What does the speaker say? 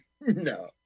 No